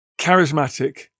Charismatic